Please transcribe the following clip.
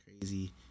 crazy